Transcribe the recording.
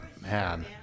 man